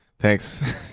Thanks